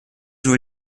wohl